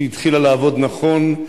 שהתחילה לעבוד נכון.